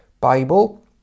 Bible